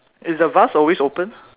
is the vase always open